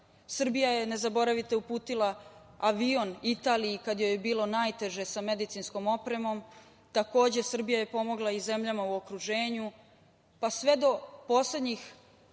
Srbija je, ne zaboravite, uputila avion Italiji kada joj je bilo najteže sa medicinskom opremom. Takođe, Srbija je pomogla i zemljama u okruženju, pa sve do poslednjih